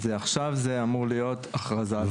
עכשיו זה אמור להיות הכרזה על